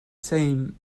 same